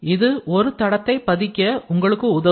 இது ஒரு தடத்தை பதிக்க உங்களுக்கு உதவும்